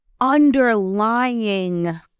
underlying